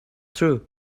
true